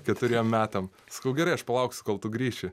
keturiem metam sakau gerai aš palauksiu kol tu grįši